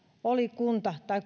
oli kunnallisia tai